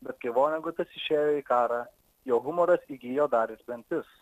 bet kai vonegutas išėjo į karą jo humoras įgijo dar ir dantis